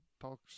talk